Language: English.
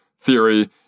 theory